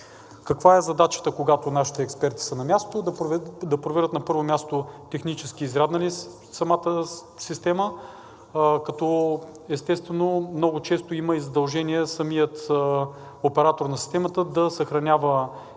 Каква е задачата, когато нашите експерти са на място? Да проверят, на първо място, технически изрядна ли е самата система, като, естествено, много често има и задължения самият оператор на системата да съхранява